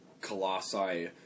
Colossi